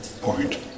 point